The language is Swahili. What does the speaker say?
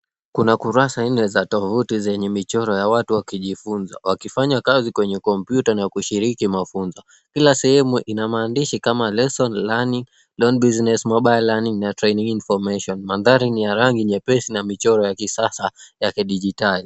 Kuna kurasa nne za tovuti zenye michoro ya watu wakijifunza, wakifanya kazi kwenye kompyuta na kushiriki mafunzo. Kila sehemu ina maandishi kama lesson learning, learn busines, mobile learning ,na training information .Mandhari ni ya rangi nyepesi na michoro ya kisasa ya kidijitali.